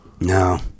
No